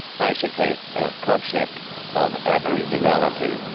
basically our concept of aboriginality.